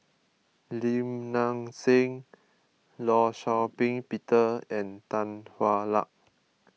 Lim Nang Seng Law Shau Ping Peter and Tan Hwa Luck